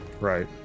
right